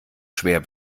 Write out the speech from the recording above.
schwer